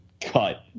cut